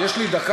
יש לי דקה?